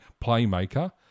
playmaker